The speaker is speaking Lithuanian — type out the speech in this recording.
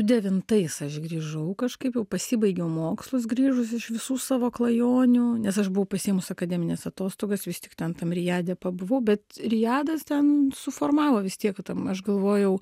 devintais aš grįžau kažkaip jau pasibaigiau mokslus grįžus iš visų savo klajonių nes aš buvau pasiėmus akademines atostogas vis tik tam tam rijade pabuvau bet rijadas ten suformavo vis tiek tam aš galvojau